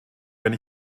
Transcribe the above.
wenn